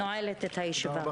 הישיבה נעולה.